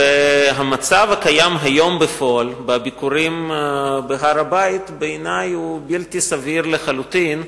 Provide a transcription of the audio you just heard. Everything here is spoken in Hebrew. ובעיני המצב הקיים היום בפועל בביקורים בהר-הבית הוא בלתי סביר לחלוטין,